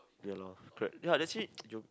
ya lor correct ya actually you